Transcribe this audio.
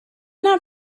not